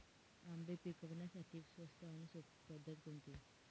आंबे पिकवण्यासाठी स्वस्त आणि सोपी पद्धत कोणती?